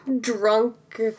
drunk